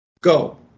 go